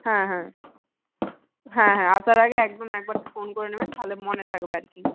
হ্যাঁ হ্যাঁ হ্যাঁ হ্যাঁ আসার আগে একদম একবারটি ফোন করে নেবেন তাহলে মনে থাকবে আর কি